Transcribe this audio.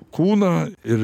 kūną ir